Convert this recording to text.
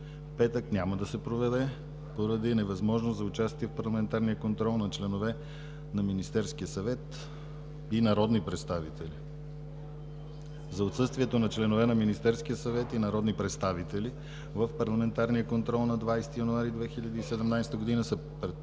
петък, няма да се проведе поради невъзможност за участие в парламентарния контрол на членове на Министерския съвет и народни представители. За отсъствието на членове на Министерския съвет и народни представители от парламентарния контрол на 20 януари 2017 г. са